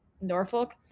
Norfolk